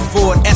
Ford